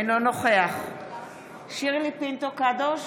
אינו נוכח שירלי פינטו קדוש,